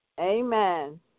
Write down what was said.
Amen